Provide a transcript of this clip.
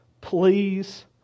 Please